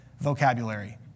vocabulary